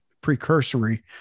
precursory